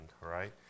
right